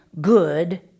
good